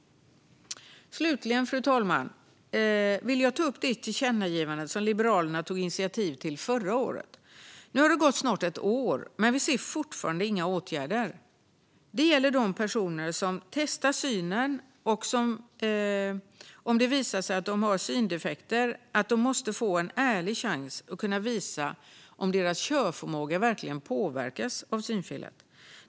Slutligen, fru talman, vill jag ta upp det tillkännagivande som Liberalerna tog initiativ till förra året. Nu har det gått snart ett år, men vi ser fortfarande inga åtgärder. Det gäller de personer som testar synen. Om det visar sig att de har syndefekter måste de få en ärlig chans att visa om deras körförmåga verkligen påverkas av synfelet.